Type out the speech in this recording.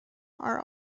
are